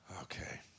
Okay